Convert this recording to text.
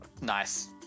nice